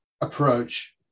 approach